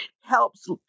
helps